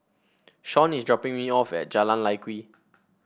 Shaun is dropping me off at Jalan Lye Kwee